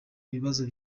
ibibazo